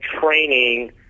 training